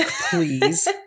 please